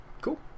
Cool